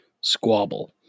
squabble